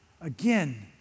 again